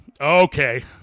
Okay